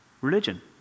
Religion